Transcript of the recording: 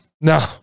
No